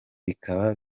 bikaba